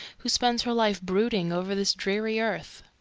who spends her life brooding over this dreary earth.